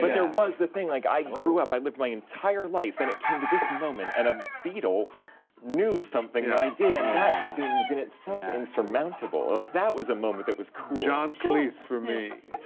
but there was a thing, like i grew up, i lived my entire life and it came to this moment and a beatle knew something that i did and that seems in itself insurmountable. like, that was a moment that was cool. john cleese for me.